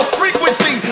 frequency